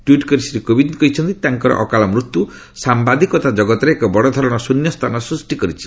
tweet କରି ଶ୍ରୀ କୋବିନ୍ଦ କହିଛନ୍ତି ତାଙ୍କର ଅକାଳ ମୃତ୍ୟୁ ସାମ୍ବାଦିକତା ଜଗତରେ ଏକ ବଡ଼ ଧରଣର ଶୂନ୍ୟସ୍ଥାନ ସୃଷ୍ଟି କରିଛି